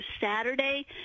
Saturday